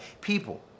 people